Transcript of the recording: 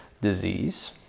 disease